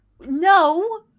No